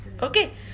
Okay